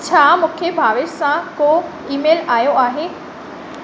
छा मूंखे भावेश सां को ई मेल आयो आहे